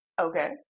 Okay